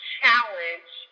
challenge